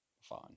Fine